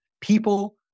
People